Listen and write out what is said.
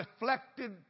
reflected